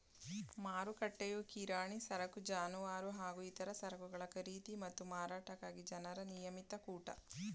ಮಾರುಕಟ್ಟೆಯು ಕಿರಾಣಿ ಸರಕು ಜಾನುವಾರು ಹಾಗೂ ಇತರ ಸರಕುಗಳ ಖರೀದಿ ಮತ್ತು ಮಾರಾಟಕ್ಕಾಗಿ ಜನರ ನಿಯಮಿತ ಕೂಟ